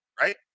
Right